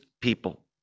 people